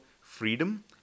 freedom